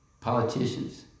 politicians